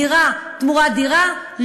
דירה תמורת דירה,